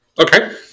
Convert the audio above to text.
Okay